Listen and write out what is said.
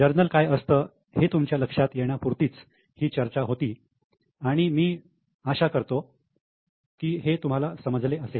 journal काय असतं हे तुमच्या लक्षात येण्या पुरतीच ही चर्चा होती आणि मी आशा करतो की हे तुम्हाला समजले असेल